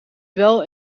wel